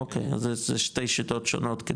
אוקי, זה שתי שיטות שונות.